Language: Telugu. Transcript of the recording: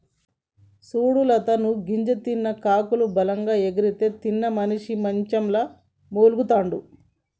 సూడు లత నువ్వు గింజ తిన్న కాకులు బలంగా ఎగిరితే తినని మనిసి మంచంల మూల్గతండాడు